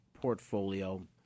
portfolio